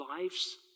lives